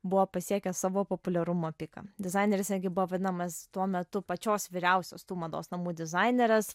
buvo pasiekęs savo populiarumo piką dizaineris netgi buvo vadinamas tuo metu pačios vyriausios tų mados namų dizainerės